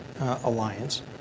alliance